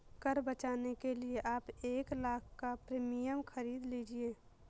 कर बचाने के लिए आप एक लाख़ का प्रीमियम खरीद लीजिए